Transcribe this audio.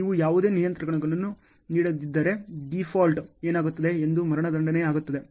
ನೀವು ಯಾವುದೇ ನಿಯಂತ್ರಣಗಳನ್ನು ನೀಡದಿದ್ದರೆ ಡೀಫಾಲ್ಟ್ ಏನಾಗುತ್ತದೆ ಇದು ಮರಣದಂಡನೆ ಆಗುತ್ತದೆ